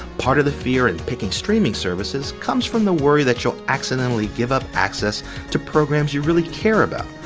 part of the fear in picking streaming services comes from the worry that you'll accidentally give up access to programs you really care about.